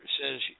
says